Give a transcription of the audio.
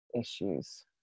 Issues